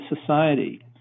society